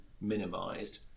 minimised